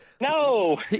no